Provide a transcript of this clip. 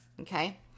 Okay